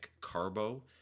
Carbo